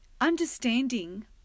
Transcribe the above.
understanding